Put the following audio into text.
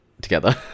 together